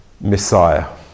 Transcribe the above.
Messiah